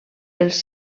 els